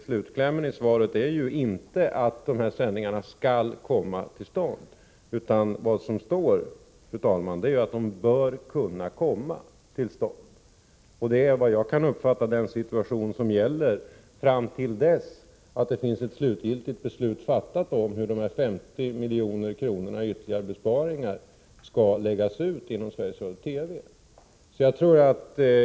Slutklämmen i svaret är ju inte att dessa sändningar skall komma till stånd, utan vad som står, fru talman, är att de bör kunna komma till stånd. Det är, efter vad jag kan uppfatta, den situation som gäller fram till dess att det finns ett slutgiltigt beslut fattat om hur de 50 miljonerna i ytterligare besparingar skall läggas ut inom Sveriges Radio TV.